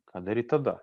ką daryt tada